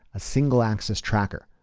a single access tracker.